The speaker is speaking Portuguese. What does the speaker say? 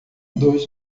dois